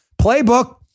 Playbook